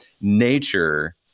nature